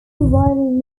rival